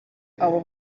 abo